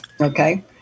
Okay